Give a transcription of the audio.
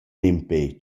nempe